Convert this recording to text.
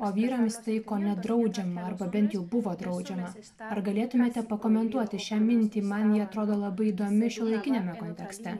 o vyrams tai ko nedraudžia pergabenti jau buvo draudžiama ar galėtumėte pakomentuoti šią mintį man ji atrodo labai įdomi šiuolaikiniame kontekste